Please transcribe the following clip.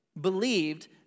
believed